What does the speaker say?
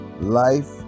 life